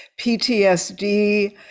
PTSD